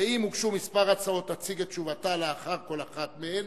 ואם הוגשו מספר הצעות תציג את תשובתה לאחר כל אחת מהן,